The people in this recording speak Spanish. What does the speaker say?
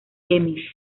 yemen